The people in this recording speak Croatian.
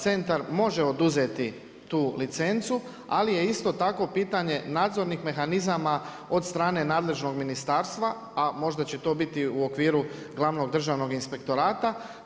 Centar može oduzeti tu licencu, ali je isto tako pitanje nadzornih mehanizama od strane nadležnog ministarstva, a možda će to biti u okviru Glavnog državnog inspektorata.